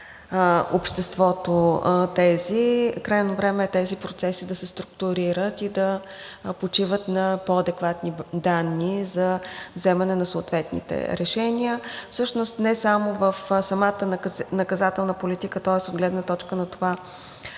обществото тези. Крайно време е тези процеси да се структурират и да почиват на по-адекватни данни за вземане на съответните решения. Всъщност не само в самата наказателна политика, тоест от гледна точка на това